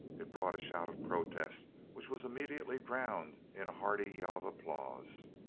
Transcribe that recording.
it brought a shout of protest which was immediately drowned in a hearty yell of applause.